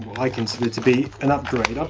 i consider to be an upgrade.